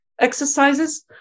exercises